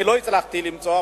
אני לא הצלחתי למצוא,